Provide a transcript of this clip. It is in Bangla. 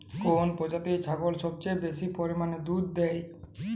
কোন প্রজাতির ছাগল সবচেয়ে বেশি পরিমাণ দুধ দেয়?